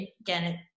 again